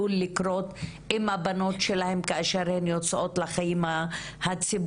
חלק נרתע מזה, וחלק אולי הפעיל לחץ על הצעירות.